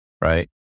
Right